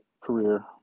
career